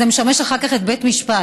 זה משמש אחר כך את בית המשפט.